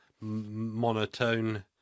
monotone